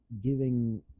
giving